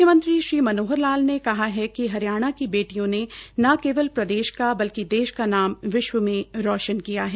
म्ख्यमंत्री मनोहर लाल ने कहा है कि हरियाणा की बेटियों ने न केवल प्रदेश का बल्कि देश का नाम विश्व में रोशन किया है